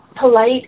polite